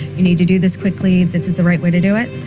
you need to do this quickly, this is the right way to do it?